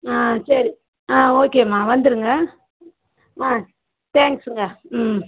ஆ சரி ஆ ஓகேம்மா வந்துருங்க ஆ தேங்க்ஸுங்க ம்